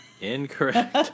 Incorrect